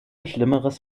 schlimmeres